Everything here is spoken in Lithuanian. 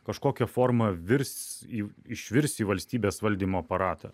kažkokia forma virs išvirs į valstybės valdymo aparatą